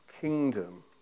kingdom